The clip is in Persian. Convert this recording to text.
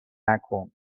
نکن